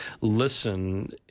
listen